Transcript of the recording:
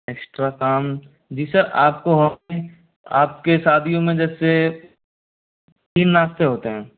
extra काम जी sir आप को हम आपके शादियों में जैसे तीन नाश्ते होते हैं